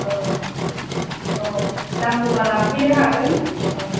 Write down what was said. औ औ नांगौब्ला लांफैनो हागोन औ